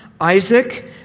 Isaac